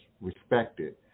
respected